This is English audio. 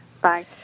Bye